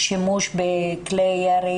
שימוש בכלי ירי,